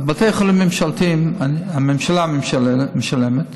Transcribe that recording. אז בבתי חולים ממשלתיים, הממשלה משלמת.